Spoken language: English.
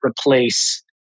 replace